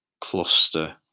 Cluster